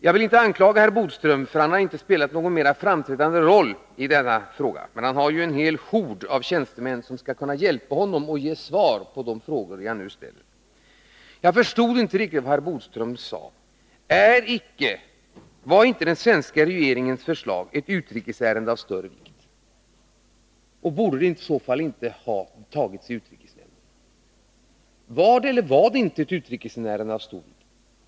Jag vill inte anklaga herr Bodström, för han har inte spelat någon mer framträdande roll i denna fråga, men han har ju en hel hord av tjänstemän som skall kunna hjälpa honom att ge svar på de frågor som jag nu ställer. Var den svenska regeringens förslag ett utrikesärende av större vikt? Borde det i så fall inte ha tagits upp i utrikesnämnden? Var det, eller var det inte ett utrikesärende av stor vikt?